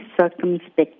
circumspect